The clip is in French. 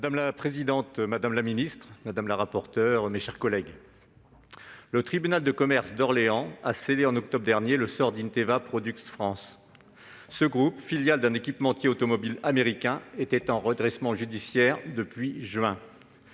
Madame la présidente, madame la ministre, mes chers collègues, le tribunal de commerce d'Orléans a scellé en octobre dernier le sort d'Inteva Products France. Ce groupe, filiale d'un équipementier automobile américain, était en redressement judiciaire depuis le